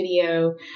video